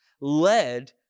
led